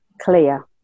clear